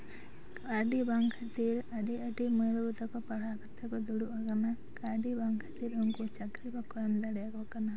ᱟᱹᱰᱤ ᱵᱟᱝ ᱠᱷᱟᱹᱛᱤᱨ ᱟᱹᱰᱤ ᱟᱹᱰᱤ ᱢᱟᱹᱭ ᱵᱟᱹᱵᱩ ᱛᱟᱠᱚ ᱯᱟᱲᱦᱟᱣ ᱠᱟᱛᱮ ᱫᱩᱲᱩᱵ ᱟᱠᱟᱱᱟ ᱠᱟᱹᱣᱰᱤ ᱵᱟᱝ ᱠᱷᱟᱹᱛᱤᱨ ᱩᱱᱠᱩ ᱪᱟᱹᱠᱨᱤ ᱵᱟᱠᱚ ᱮᱢ ᱫᱟᱲᱭᱟᱠᱚ ᱠᱟᱱᱟ